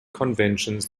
conventions